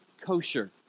kosher